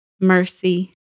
mercy